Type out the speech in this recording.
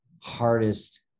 hardest